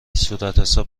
صورتحساب